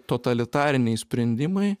totalitariniai sprendimai